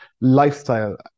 lifestyle